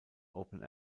open